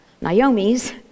Naomi's